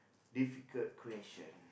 difficult question